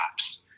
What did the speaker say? apps